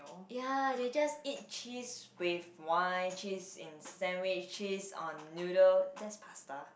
ya they just eat cheese with wine cheese in sandwich cheese on noodle that's pasta